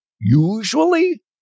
Usually